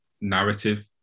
narrative